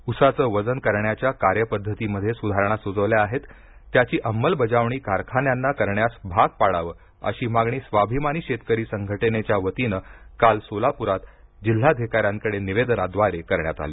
उसाचं वजन करण्याच्या कार्यपद्धतीमध्ये सुधारणा सुचवल्या आहेत त्याची अंमलबजावणी कारखान्यांना करण्यास भाग पाडावं अशी मागणी स्वाभिमानी शेतकरी संघटनेच्या वतीने काल सोलापुरात जिल्हाधिकाऱ्यांकडे निवेदनाद्वारे करण्यात आली